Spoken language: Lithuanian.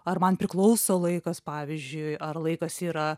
ar man priklauso laikas pavyzdžiui ar laikas yra